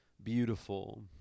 beautiful